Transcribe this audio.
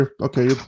Okay